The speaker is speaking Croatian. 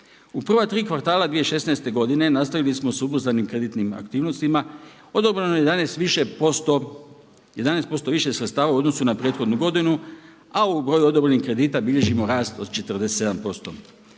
U prva tri kvartala 2016. godine nastavili smo sa ubrzanim kreditnim aktivnostima odobreno je 11 više posto, 11% više sredstava u odnosu na prethodnu godinu, a ovu godinu odobrenih kredita bilježimo rast od 47%.